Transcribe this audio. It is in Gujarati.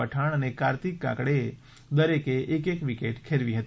પઠાણ અને કાર્તિક કાકડેએ દરેકે એક એક વિકેટ ખેરવી હતી